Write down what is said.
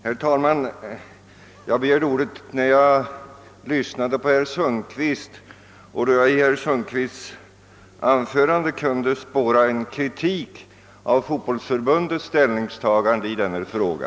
Herr talman! Jag begärde ordet när jag lyssnade till herr Sundkvist och i hans anförande kunde spåra en kritik av Fotbollförbundets ställningstagande i denna fråga.